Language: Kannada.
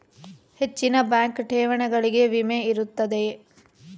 ಹೆಚ್ಚಿನ ಬ್ಯಾಂಕ್ ಠೇವಣಿಗಳಿಗೆ ವಿಮೆ ಇರುತ್ತದೆಯೆ?